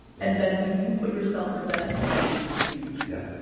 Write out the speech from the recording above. and then do you put yourself in the best position to succeed? yeah,